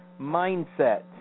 mindset